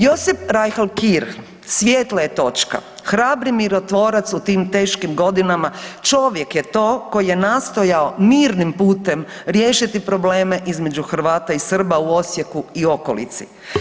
Josip Reihl Kir svjetla je točka, hrabri mirotvorac u tim teškim godinama, čovjek je to koji je nastojao mirnim putem riješiti probleme između Hrvata i Srba u Osijeku i okolici.